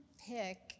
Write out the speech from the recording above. pick